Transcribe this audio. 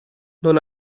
non